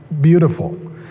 beautiful